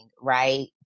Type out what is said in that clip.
right